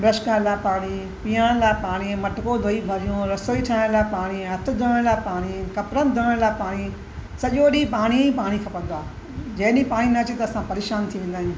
brush करण लाइ पाणी पीअण लाइ पाणी मटिको धोई भरियूं रसोई ठाहिण लाइ पाणी हथ धोअण लाइ पाणी कपिड़नि धोअण लाइ पाणी सॼो ॾींहुं पाणी ई पाणी खपंदो आहे जंहिं ॾींहुं पाणी न अचे त असां परेशान थी वेंदा आहियूं